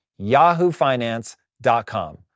yahoofinance.com